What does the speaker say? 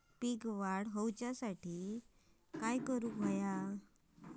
पीक वाढ होऊसाठी काय करूक हव्या?